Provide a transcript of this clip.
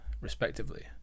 respectively